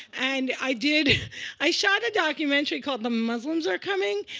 and i did i shot a documentary called the muslims are coming,